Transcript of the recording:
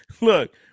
look